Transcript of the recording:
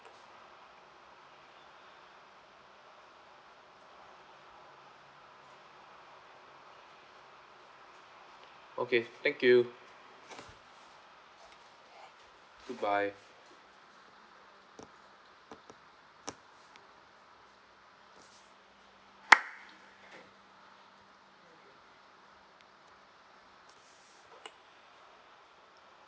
okay thank you good bye